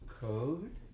code